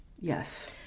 Yes